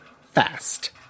fast